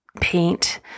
paint